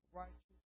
righteous